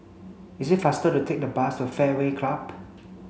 it is faster to take the bus to Fairway Club